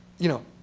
you know,